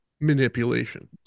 Manipulation